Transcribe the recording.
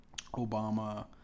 Obama